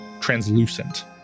translucent